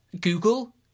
google